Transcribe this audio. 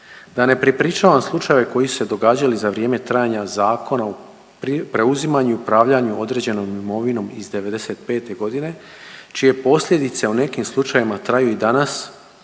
Da ne prepričavam slučajeve koji su se događali za vrijeme trajanja Zakona o preuzimanju i upravljanju određenom imovinom iz '95. godine čije posljedice u nekim slučajevima traju i danas